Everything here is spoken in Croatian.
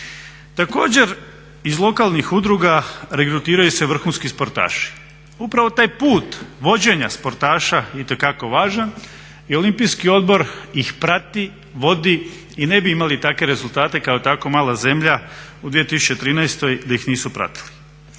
Također, iz lokalnih udruga regrutiraju se vrhunski sportaši. Upravo taj put vođenja sportaša je itekako važan i olimpijski odbor ih prati, vodi i ne bi imali takve rezultate kao tako mala zemlja u 2013. da ih nisu pratili.